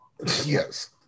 Yes